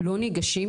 לא ניגשים,